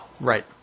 Right